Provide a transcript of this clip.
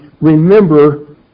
remember